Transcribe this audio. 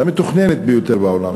והמתוכננת ביותר בעולם,